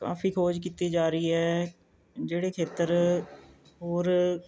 ਕਾਫੀ ਖੋਜ ਕੀਤੀ ਜਾ ਰਹੀ ਹੈ ਜਿਹੜੇ ਖੇਤਰ ਹੋਰ